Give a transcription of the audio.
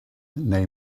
neu